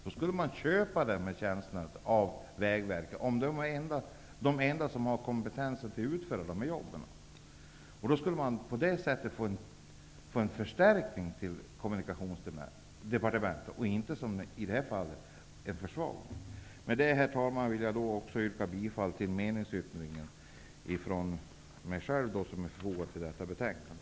Då skulle man köpa tjänsterna av Vägverket, om de där var de enda som hade kompetensen att utföra jobben. På det sättet skulle det bli en förstärkning till Kommunikationsdepartementet, och inte en försvagning, som i det här fallet. Med det här vill jag yrka bifall till min meningsyttring som är fogad till detta betänkande.